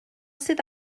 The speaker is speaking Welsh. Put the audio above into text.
sydd